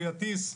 שיטיס.